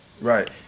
Right